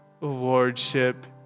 Lordship